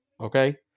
Okay